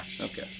Okay